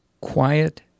Quiet